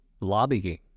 lobbying